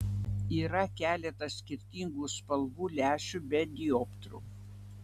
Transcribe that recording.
yra keletas skirtingų spalvų lęšių be dioptrų